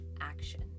action